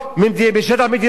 מה, זה מה שצריך לעשות.